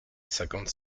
cinquante